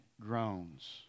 groans